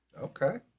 Okay